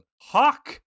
Hawk